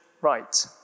right